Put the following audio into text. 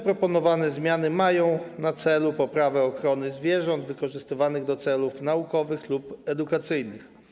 Proponowane zmiany mają na celu poprawę ochrony zwierząt wykorzystywanych do celów naukowych lub edukacyjnych.